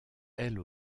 elle